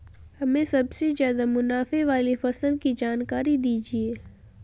हमें सबसे ज़्यादा मुनाफे वाली फसल की जानकारी दीजिए